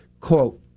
Quote